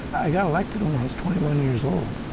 i got elected when i was twenty one years old